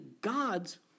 God's